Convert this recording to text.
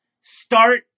start